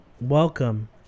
welcome